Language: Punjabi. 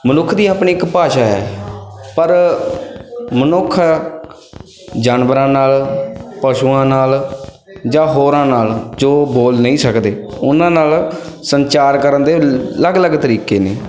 ਮਨੁੱਖ ਦੀ ਆਪਣੀ ਇੱਕ ਭਾਸ਼ਾ ਹੈ ਪਰ ਮਨੁੱਖ ਜਾਨਵਰਾਂ ਨਾਲ ਪਸ਼ੂਆਂ ਨਾਲ ਜਾਂ ਹੋਰਾਂ ਨਾਲ ਜੋ ਬੋਲ ਨਹੀਂ ਸਕਦੇ ਉਹਨਾਂ ਨਾਲ ਸੰਚਾਰ ਕਰਨ ਦੇ ਅਲੱਗ ਅਲੱਗ ਤਰੀਕੇ ਨੇ